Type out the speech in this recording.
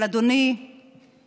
אבל, אדוני היושב-ראש,